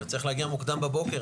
וצריך להגיע מוקדם בבוקר,